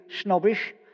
snobbish